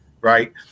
Right